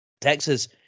Texas